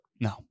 No